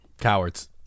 cowards